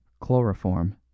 Chloroform